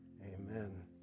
Amen